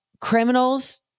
criminals